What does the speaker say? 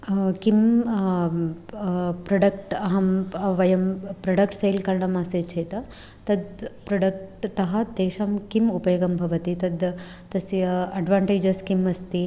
किं प्रोडक्ट् अहं वयं प्रोडक्ट् सेल् करणीयम् आसीत् चेत् तत् प्रोडक्ट् तः तेषां किम् उपयोगं भवति तत् तस्य अड्वाण्टेजस् किम् अस्ति